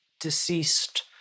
deceased